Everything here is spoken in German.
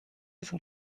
sind